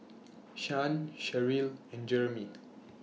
Shan Sherrill and Jeremie